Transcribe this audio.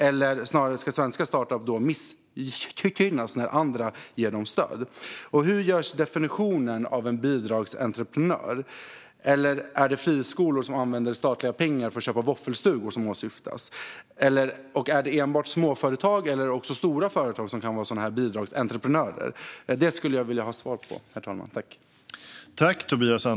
Eller snarare: Ska svenska startups missgynnas när andra ger dem stöd? Och hur görs definitionen av en bidragsentreprenör - är det friskolor som använder statliga pengar för att köpa våffelstugor som åsyftas? Är det enbart småföretag eller är det också stora företag som kan vara sådana här bidragsentreprenörer? Det skulle jag vilja ha svar på, herr talman.